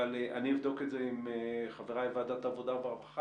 אבל אני אבדוק את זה עם חבריי מועדת עבודה ורווחה,